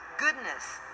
goodness